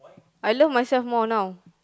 I love myself more now